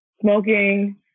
smoking